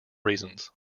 reasons